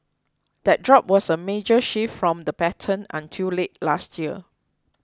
that drop was a major shift from the pattern until late last year